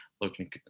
looking